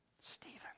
Stephen